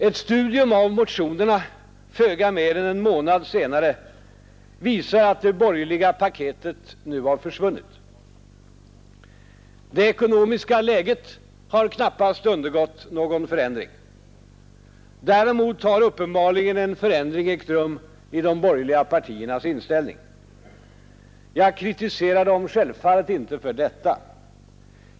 Ett studium av motionerna föga mer än en månad senare visar att det borgerliga paketet nu har försvunnit. Det ekonomiska läget har knappast undergått någon förändring. Däremot har uppenbarligen en förändring ägt rum i de borgerliga partiernas inställning. Jag kritiserar dem självfallet inte för detta.